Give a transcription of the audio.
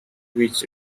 which